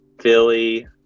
Philly